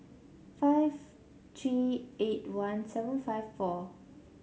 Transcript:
five three eight one seven five four